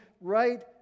right